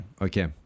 Okay